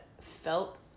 felt